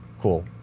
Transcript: cool